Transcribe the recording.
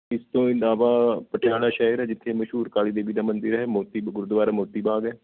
ਇਸ ਤੋਂ ਇਲਾਵਾ ਪਟਿਆਲਾ ਸ਼ਹਿਰ ਹੈ ਜਿੱਥੇ ਮਸ਼ਹੂਰ ਕਾਲੀ ਦੇਵੀ ਦਾ ਮੰਦਿਰ ਹੈ ਮੋਤੀ ਗੁਰਦੁਆਰਾ ਮੋਤੀ ਬਾਗ ਹੈ